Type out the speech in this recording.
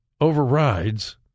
overrides